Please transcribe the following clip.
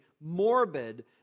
morbid